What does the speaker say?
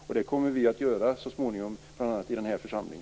Och det kommer vi så småningom att göra, bl.a. i denna församling.